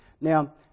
now